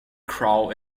crow